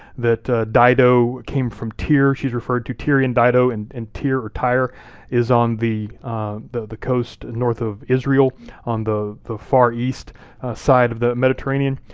that dido came from tyre, she's referred to tyrian dido and and tyre or tyre is on the the coast north of israel on the the far east side of the mediterranean.